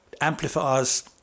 amplifiers